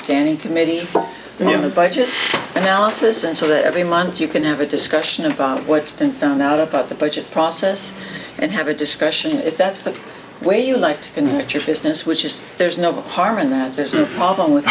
standing committee for you know budget analysis and so that every month you can have a discussion about what's been found out about the budget process and have a discussion if that's the way you liked and what your business which is there's no harm in that there's no problem with